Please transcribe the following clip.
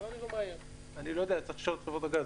אני מחברת דור אלון גז.